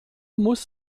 muss